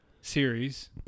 series